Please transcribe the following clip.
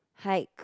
hike